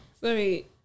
Sorry